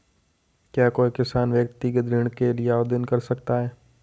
क्या कोई किसान व्यक्तिगत ऋण के लिए आवेदन कर सकता है?